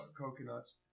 coconuts